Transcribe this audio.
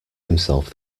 himself